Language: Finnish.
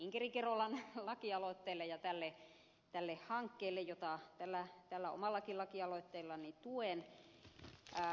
inkeri kerolan lakialoitteelle ja tälle hankkeelle jota tällä omallakin lakialoitteellani tuen